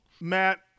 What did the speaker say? Matt